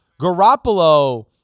Garoppolo